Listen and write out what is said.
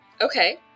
okay